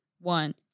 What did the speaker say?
One